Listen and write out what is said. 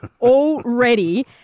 already